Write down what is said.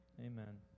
Amen